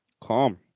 Calm